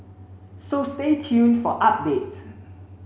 so stay tuned for updates